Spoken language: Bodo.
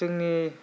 जोंनि